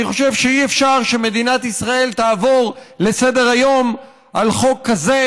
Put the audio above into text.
אני חושב שאי-אפשר שמדינת ישראל תעבור לסדר-היום על חוק כזה,